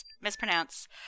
mispronounce